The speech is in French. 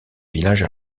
village